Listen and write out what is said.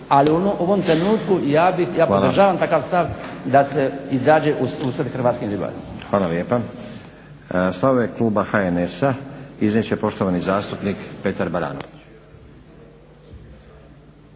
Ali u ovom trenutku ja podržavam takav stav da se izađe u susret hrvatskim ribarima. **Stazić, Nenad (SDP)** Hvala lijepa. Stavove kluba HNS-a iznijet će poštovani zastupnik Petar Baranović.